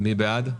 מי בעד ההסתייגות?